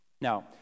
Now